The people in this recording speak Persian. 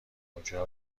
اونجا